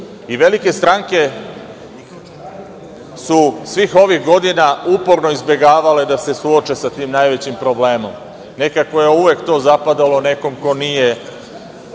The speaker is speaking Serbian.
stranke su svih ovih godina uporno izbegavale da se suoče sa tim najvećim problemom. Nekako je uvek to zapadalo nekom ko nije